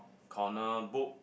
corner book